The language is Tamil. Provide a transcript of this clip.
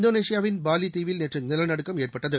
இந்தோனேஷியாவின் பாலி தீவில் நேற்று நிலநடுக்கம் ஏற்பட்டது